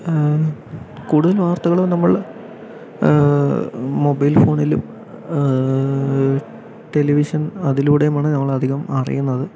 കൂടുതൽ വാർത്തകൾ നമ്മൾ മൊബൈൽ ഫോണിലും ടെലിവിഷൻ അതിലൂടെയുമാണ് നമ്മൾ അധികം അറിയുന്നത്